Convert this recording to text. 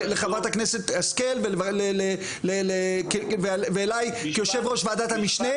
לחברת הכנסת השכל ואלי כיו"ר ועדת המשנה.